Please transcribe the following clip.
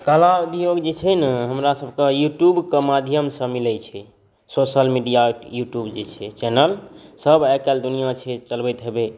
कला उद्योग जे छै ने हमरा सभके युट्युब के माध्यमसँ मिलै छै सोशल मिडिया युट्युब जे छै चैनल सभ आइ काल्हि दुनियाँ छै चलबैत हेबै